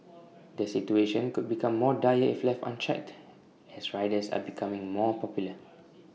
the situation could become more dire if left unchecked as riders are becoming more popular